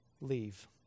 leave